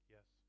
Yes